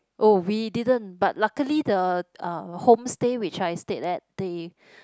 oh we didn't but luckily the uh home stay which we stayed at they